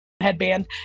headband